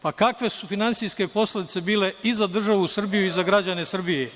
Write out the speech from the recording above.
Pa, kakve su finansijske posledice bile i za državu Srbiju i za građane Srbije?